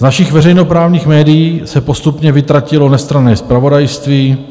Z našich veřejnoprávních médií se postupně vytratilo nestranné zpravodajství.